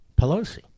Pelosi